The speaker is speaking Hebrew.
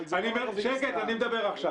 אבל זה לא --- שקט, אני מדבר עכשיו.